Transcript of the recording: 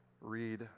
read